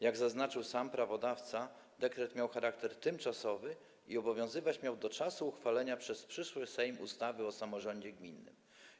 Jak zaznaczył sam prawodawca, dekret miał charakter tymczasowy i obowiązywać miał do czasu uchwalenia przez przyszły Sejm ustawy o samorządzie gminnym.